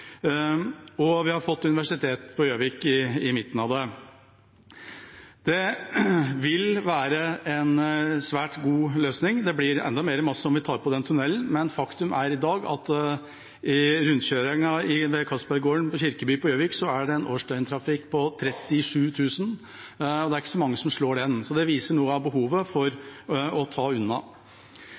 Vi har også fått universitet på Gjøvik, i midten av det. Det ville være en svært god løsning. Det blir enda mer masse om vi tar med den tunnelen, men faktum er i dag at i rundkjøringen ved Castberg-gården på Kirkeby på Gjøvik er det en årsdøgntrafikk på 37 000, og det er ikke så mange som slår den. Så det viser noe av behovet for å ta unna.